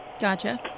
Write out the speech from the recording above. Gotcha